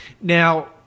Now